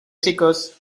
chicos